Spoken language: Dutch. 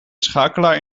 schakelaar